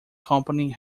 company